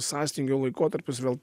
sąstingio laikotarpis vėl